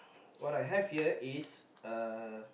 what I have here is a